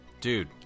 dude